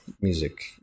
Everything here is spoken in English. music